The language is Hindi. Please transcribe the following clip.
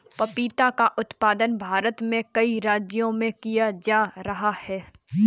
पपीता का उत्पादन भारत में कई राज्यों में किया जा रहा है